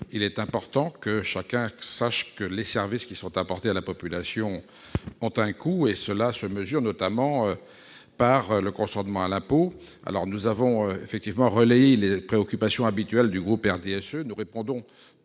il est essentiel que chacun sache que les services qui sont apportés à la population ont un coût. Cela se mesure, notamment, par le consentement à l'impôt. En cela, nous relayons les préoccupations habituelles du groupe du RDSE et nous répondons